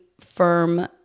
firm